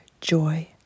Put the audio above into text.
joy